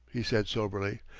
he said soberly,